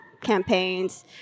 campaigns